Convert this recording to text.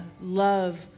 love